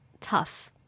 tough